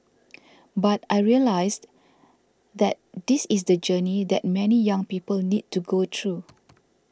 but I realised that this is the journey that many young people need to go through